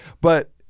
but-